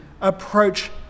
approach